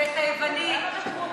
ואת היוונית,